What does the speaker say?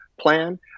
plan